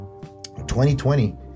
2020